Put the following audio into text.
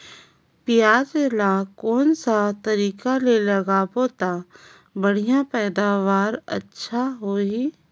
पियाज ला कोन सा तरीका ले लगाबो ता बढ़िया पैदावार अच्छा होही?